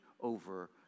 over